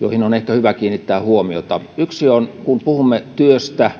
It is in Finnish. joihin on ehkä hyvä kiinnittää huomiota yksi on että kun puhumme työstä